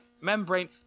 Membrane